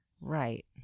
Right